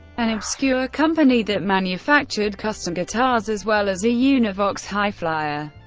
an obscure company that manufactured custom guitars, as well as a univox hi-flier.